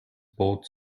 both